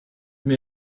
mir